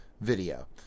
video